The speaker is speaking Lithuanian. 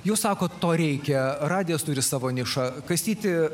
jūs sakot to reikia radijas turi savo nišą kastyti